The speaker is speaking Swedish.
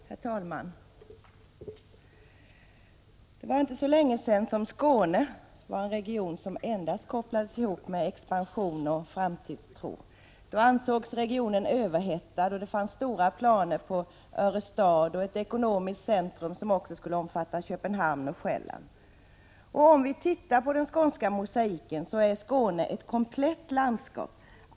Herr talman! Det var inte så länge sedan som Skåne var en region som endast kopplades ihop med expansion och framtidstro. Då ansågs regionen överhettad, och det fanns stora planer på en Örestad och ett ekonomiskt centrum som skulle omfatta även Köpenhamn och Själland. Om vi tittar på den skånska mosaiken finner vi att Skåne är ett komplett landskap.